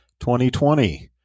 2020